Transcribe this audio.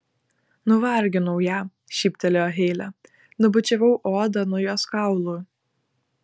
nuvarginau ją šyptelėjo heile nubučiavau odą nuo jos kaulų